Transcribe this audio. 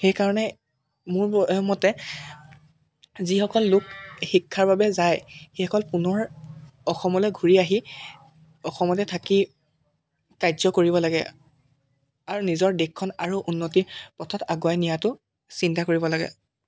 সেইকাৰণে মোৰ ম মতে যিসকল লোক শিক্ষাৰ বাবে যায় সেইসকল পুনৰ অসমলৈ ঘূৰি আহি অসমতে থাকি কাৰ্য কৰিব লাগে আৰু নিজৰ দেশখন আৰু উন্নতি পথত আগুৱাই নিয়াতো চিন্তা কৰিব লাগে